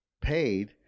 paid